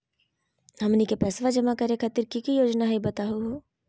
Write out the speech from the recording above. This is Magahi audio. हमनी के पैसवा जमा खातीर की की योजना हई बतहु हो?